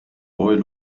boy